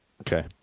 Okay